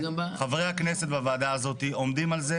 חברי הכנסת בוועדה הזאת עומדים על זה